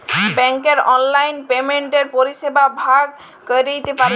ব্যাংকের অললাইল পেমেল্টের পরিষেবা ভগ ক্যইরতে পারি